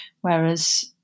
whereas